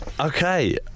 Okay